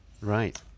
Right